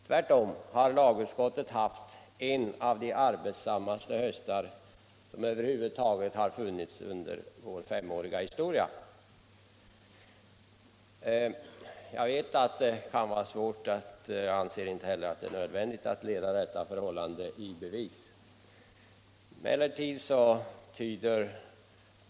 Tvärtom har lagutskottet haft en av de arbetsammaste höstarna under vår femåriga historia. Jag vet att det kan vara svårt — och jag anser inte att det är nödvändigt — att leda detta påstående i bevis.